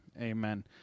amen